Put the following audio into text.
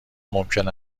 ممکن